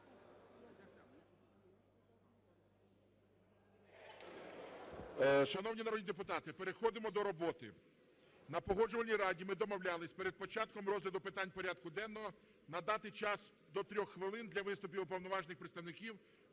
Шановні народні депутати, переходимо до роботи. На Погоджувальній раді ми домовлялися перед початком розгляду питань порядку денного надати час (до 3 хвилин) для виступів уповноважених представників